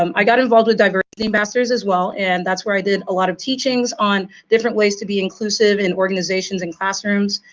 um i got involved with diversity ambassadors as well. and that's where i did a lot of teachings on different ways to be inclusive in organizations and classrooms.